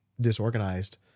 disorganized